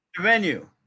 venue